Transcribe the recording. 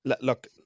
look